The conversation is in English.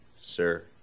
sir